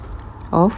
of